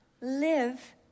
live